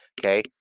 Okay